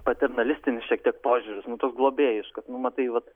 paternalistinis šiek tiek požiūris nu toks globėjiškas nu matai vat